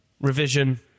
revision